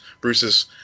Bruce's